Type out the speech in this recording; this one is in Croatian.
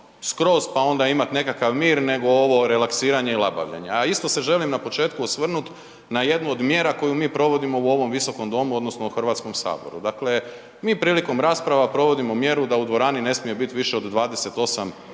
skroz pa onda imat nekakav mir nego ovo relaksiranje i labavljenje. A isto se želim na početku osvrnut na jednu od mjera koje mi provodimo u ovom viskom domu, odnosno u Hrvatskom Saboru. Dakle mi prilikom rasprava provodimo mjeru da u dvorani ne smije bit više od 28